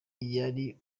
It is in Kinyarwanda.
yari